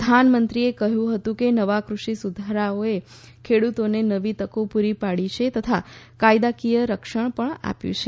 પ્રધાનમંત્રીએ કહ્યું હતું કે નવા કૃષિ સુધારાએ ખેડૂતોને નવી તકો પૂરી પાડી છે તથા કાયદાકીય રક્ષણ પણ આપ્યું છે